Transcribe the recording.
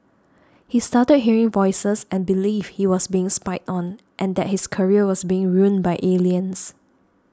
he started hearing voices and believed he was being spied on and that his career was being ruined by aliens